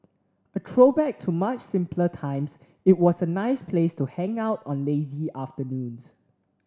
a throwback to much simpler times it was a nice place to hang out on lazy afternoons